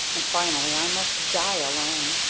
and finally i must die alone.